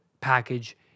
package